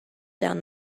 down